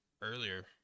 earlier